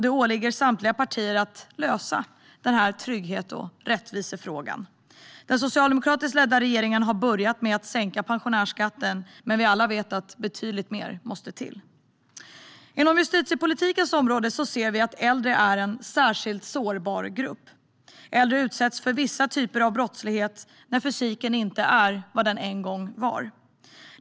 Det åligger samtliga partier att lösa den här trygghets och rättvisefrågan. Den socialdemokratiskt ledda regeringen har börjat med att sänka skatten för pensionärer, men vi vet alla att betydligt mer måste till. Inom justitiepolitikens område ser vi att de äldre är en särskilt sårbar grupp. Äldre utsätts för vissa typer av brottslighet när fysiken inte längre är vad den en gång var.